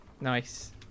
Nice